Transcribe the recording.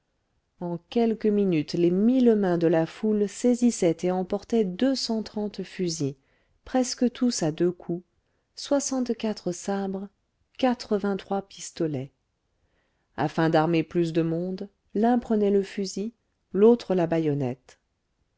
en quelques minutes les mille mains de la foule saisissaient et emportaient deux cent trente fusils presque tous à deux coups soixante-quatre sabres quatre-vingt-trois pistolets afin d'armer plus de monde l'un prenait le fusil l'autre la bayonnette